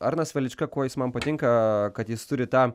arnas velička kuo jis man patinka kad jis turi tą